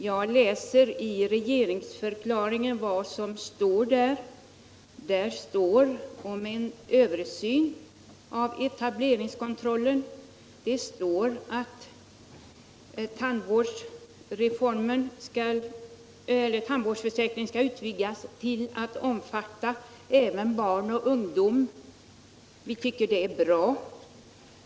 Jag läser i regeringsförklaringen och där står om en översyn av cetableringskontrollen. Det står också att tandvårdsförsäkringen skall utvidgas till att omfatta även barn och ungdom. Utskottsmajoriteten tycker det är bra.